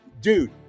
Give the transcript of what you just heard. dude